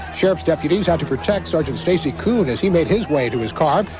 sheriff's deputies had to protect sergeant stacey koon as he made his way to his car.